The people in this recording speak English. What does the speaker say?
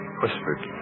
whispered